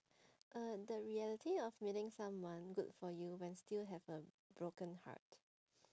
uh the reality of meeting someone good for you when still have a broken heart